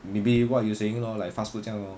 maybe what you're saying lor like fast food 这样 lor